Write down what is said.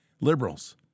Liberals